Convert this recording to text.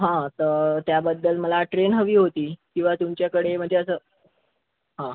हां तर त्याबद्दल मला ट्रेन हवी होती किंवा तुमच्याकडे म्हणजे असं हां